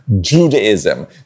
Judaism